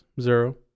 zero